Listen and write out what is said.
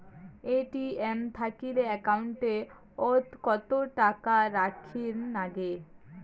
ATM থাকিলে account ওত কত টাকা রাখীর নাগে?